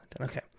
Okay